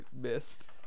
missed